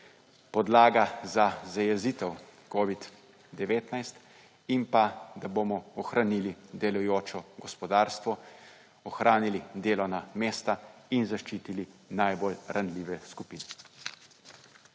podlaga za zajezitev COVID-19 in pa da bomo ohranili delujoče gospodarstvo, ohranili delovna mesta in zaščitili najbolj ranljive skupine.